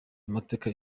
amateka